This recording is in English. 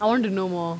I want to know more